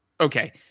okay